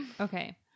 okay